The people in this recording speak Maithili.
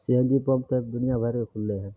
सी एन जी पम्प तऽ दुनियाभरिके खुललै हइ